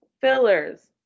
fillers